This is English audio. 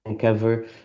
cover